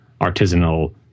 artisanal